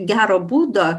gero būdo